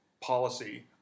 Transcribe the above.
policy